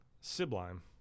Sublime